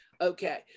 Okay